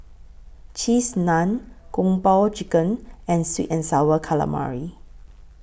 Cheese Naan Kung Po Chicken and Sweet and Sour Calamari